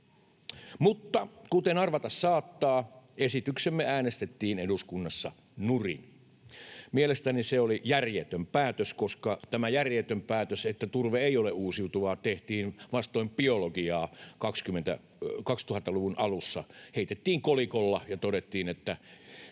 Mutta kuten arvata saattaa, esityksemme äänestettiin eduskunnassa nurin. Mielestäni se oli järjetön päätös, koska tämä järjetön päätös, että turve ei ole uusiutuvaa, tehtiin vastoin biologiaa 2000-luvun alussa: heitettiin kolikolla ja todettiin, että